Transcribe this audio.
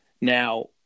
Now